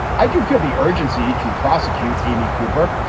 i do feel the urgency to prosecute amy cooper.